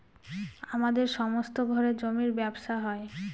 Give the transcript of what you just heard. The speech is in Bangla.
আমাদের সমস্ত ঘরে জমির ব্যবসা হয়